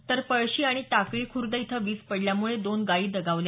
तर पळशी आणि टाकळी खुर्द इथं वीज पडल्यामुळे दोन गायी दगावल्या